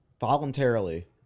voluntarily